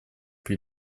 при